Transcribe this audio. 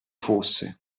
fosse